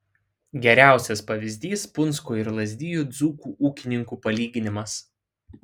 geriausias pavyzdys punsko ir lazdijų dzūkų ūkininkų palyginimas